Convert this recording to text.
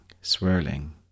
swirling